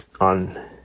on